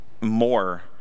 more